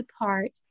apart